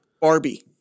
Barbie